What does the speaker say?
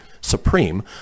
Supreme